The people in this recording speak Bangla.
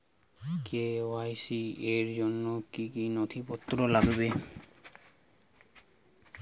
কে.ওয়াই.সি র জন্য কি কি নথিপত্র লাগবে?